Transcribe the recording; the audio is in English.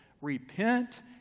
Repent